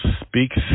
speaks